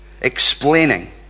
Explaining